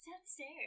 downstairs